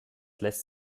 lässt